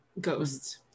ghosts